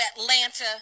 Atlanta